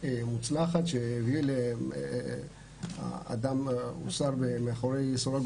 מוצלחת והביאה לכך שאדם הושם מאחורי סורג